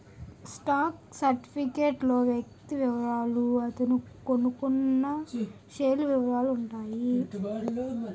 stock certificate లో వ్యక్తి వివరాలు అతను కొన్నకొన్న షేర్ల వివరాలు ఉంటాయి